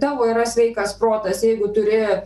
tavo yra sveikas protas jeigu turi